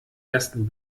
ersten